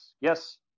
Yes